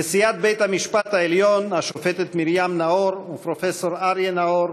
נשיאת בית-המשפט העליון השופטת מרים נאור ופרופסור אריה נאור,